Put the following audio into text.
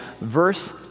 verse